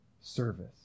service